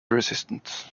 resistant